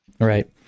Right